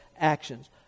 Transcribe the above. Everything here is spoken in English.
actions